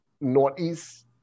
northeast